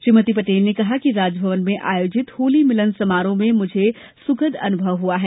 श्रीमती पटेल ने कहा कि राजभवन में आयोजित होली मिलन समारोह में मुझे सुखद अनुभव हुआ है